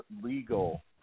legal